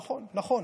נכון, נכון.